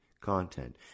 content